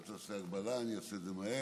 לא צריך שתעשה הגבלה, אני עושה את זה מהר.